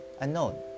unknown